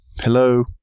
hello